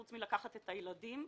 פרט מלקחת את הילדים,